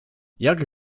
jak